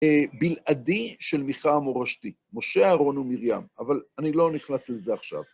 בלעדי של מיכה המורשתי. "משה, אהרון ומרים", אבל אני לא נכנס לזה עכשיו.